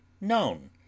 known